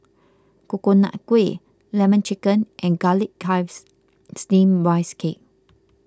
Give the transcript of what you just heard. Coconut Kuih Lemon Chicken and Garlic Chives Steamed Rice Cake